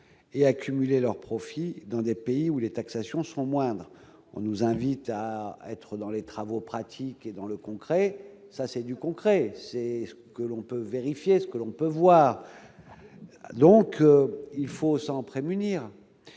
et accumuler leurs profits dans des pays où les taxations sont moindres, on nous invite à être dans les travaux pratiques et dans le concret, ça c'est du concret, c'est ce que l'on peut vérifier ce que l'on peut voir, donc il faut s'en prémunir,